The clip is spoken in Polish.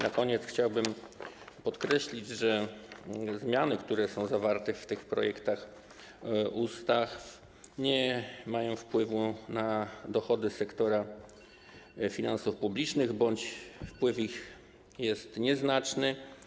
Na koniec chciałbym podkreślić, że zmiany, które są zawarte w tych projektach ustaw, nie mają wpływu na dochody sektora finansów publicznych bądź wpływ ich jest nieznaczny.